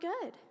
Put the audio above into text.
good